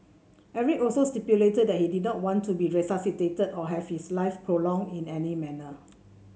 Eric also stipulated that he did not want to be resuscitated or have his life prolonged in any manner